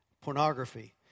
pornography